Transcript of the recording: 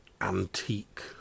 antique